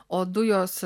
o dujos